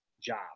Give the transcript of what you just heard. job